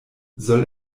soll